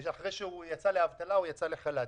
אחרי שהוא יצא לאבטלה או יצא לחל"ת.